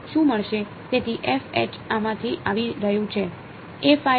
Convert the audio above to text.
તેથી f આમાંથી આવી રહ્યું છે